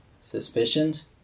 Suspicions